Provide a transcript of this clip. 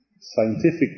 scientific